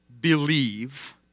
believe